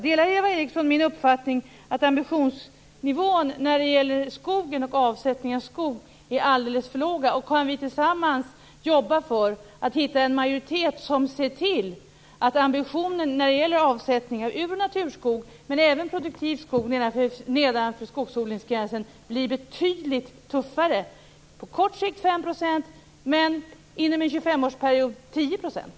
Delar Eva Eriksson min uppfattning om att ambitionsnivån för skog och avsättning av skog är alldeles för låg? Kan vi tillsammans jobba för att hitta en majoritet som ser till att ambitionen för avsättningar av naturskog, men även av produktiv skog, nedanför skogsodlingsgränsen blir betydligt tuffare? På kort sikt bör den vara 5 %, men inom en 25-årsperiod bör den vara 10 %.